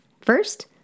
First